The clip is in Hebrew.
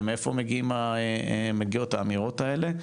ומאיפה מגיעות האמירות האלה,